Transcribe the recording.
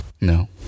No